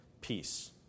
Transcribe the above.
peace